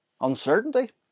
uncertainty